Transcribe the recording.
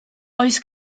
oes